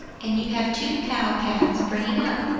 and you have two cow calves bringing up.